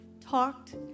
talked